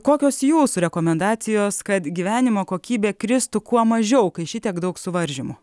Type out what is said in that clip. kokios jūsų rekomendacijos kad gyvenimo kokybė kristų kuo mažiau kai šitiek daug suvaržymų